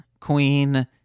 queen